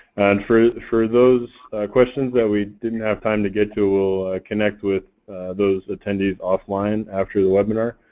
and for for those questions that we didn't have time to get to, we'll connect with those attendees offline after the webinar.